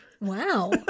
Wow